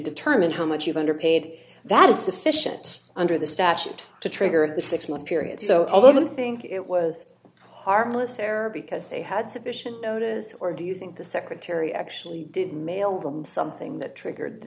determine how much you've underpaid that is sufficient under the statute to trigger of the six month period so all of them think it was harmless error because they had sufficient notice or do you think the secretary actually did mail them something that triggered the